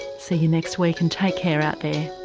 see you next week and take care out there